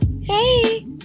hey